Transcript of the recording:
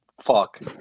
fuck